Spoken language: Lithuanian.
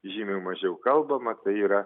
žymiai mažiau kalbama tai yra